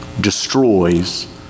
destroys